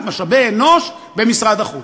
את משאבי האנוש במשרד החוץ?